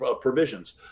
provisions